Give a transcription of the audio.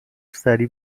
سریع